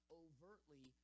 overtly